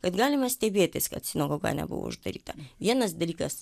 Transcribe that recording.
kad galime stebėtis kad sinagoga nebuvo uždaryta vienas dalykas